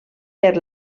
per